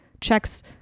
checks